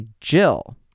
Jill